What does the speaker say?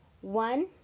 One